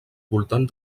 voltant